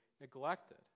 neglected